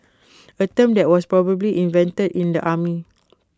A term that was probably invented in the army